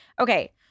Okay